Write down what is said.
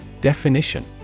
Definition